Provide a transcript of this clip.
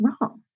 wrong